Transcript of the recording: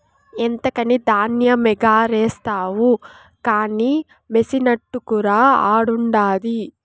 ఎంతకని ధాన్యమెగారేస్తావు కానీ మెసినట్టుకురా ఆడుండాది